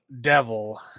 devil